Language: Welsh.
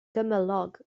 gymylog